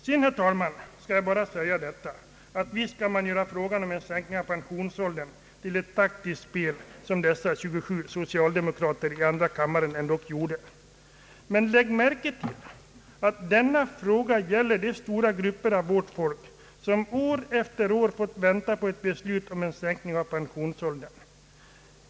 Herr talman! Visst kan man göra sig frågan om en sänkning av pensionsåldern till ett taktiskt spel, som dessa 27 socialdemokrater i andra kammaren gjorde. Men lägg märke till att denna fråga gäller de stora grupper av vårt folk som år efter år fått vänta på ett beslut om en sänkning av pensionsåldern.